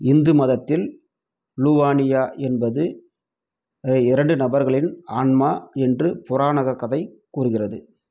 இந்து மதத்தில் லுவானியா என்பது இரண்டு நபர்களின் ஆன்மா என்று புராணக்கதை கூறுகிறது